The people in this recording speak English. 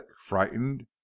frightened